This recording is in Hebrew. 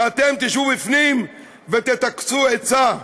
ואתם תשבו בפנים ותטכסו עצה.